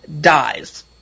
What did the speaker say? dies